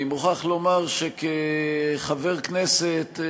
אני מוכרח לומר שכחבר כנסת,